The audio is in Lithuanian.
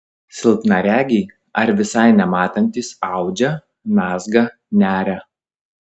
silpnaregiai ar visai nematantys audžia mezga neria